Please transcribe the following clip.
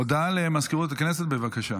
הודעה למזכירות הכנסת, בבקשה.